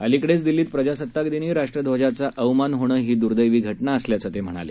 अलिकडेच दिल्लीत प्रजासत्ताक दिनी राष्ट्रध्वजाचा अवमान होणं ही दुदैवी घटना असल्याचं ते म्हणाले